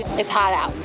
it's hot out.